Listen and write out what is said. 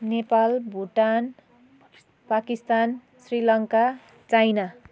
Nepal Bhutan Pakistan Sri Lanka China